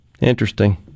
interesting